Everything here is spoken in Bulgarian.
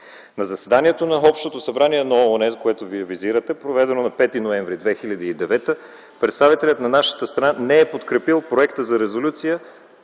На заседанието на Общото събрание на ООН, което Вие визирате, проведено на 5 ноември 2009 г., представителят на нашата страна не е подкрепил Проекта за резолюция